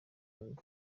and